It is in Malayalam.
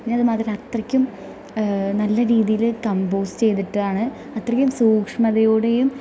പിന്നെ അത് മാത്രമല്ല അത്രയ്ക്കും നല്ല രീതിയിൽ കമ്പോസ്റ്റ് ചെയ്തിട്ടാണ് അത്രക്കും സൂക്ഷ്മതയോടെയും